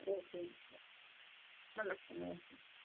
okay okay नमस्कार नमस्कार